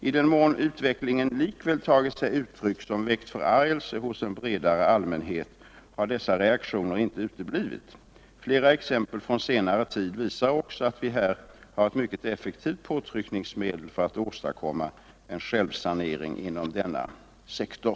I den mån utvecklingen likväl tagit sig uttryck som väckt förargelse hos en bredare allmänhet har dess reaktioner inte uteblivit. Flera exempel från senare tid visar också att vi här har ett mycket effektivt påtryckningsmedel för att åstadkomma en självsanering inom denna sektor.